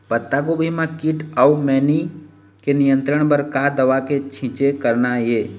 पत्तागोभी म कीट अऊ मैनी के नियंत्रण बर का दवा के छींचे करना ये?